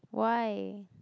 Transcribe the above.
why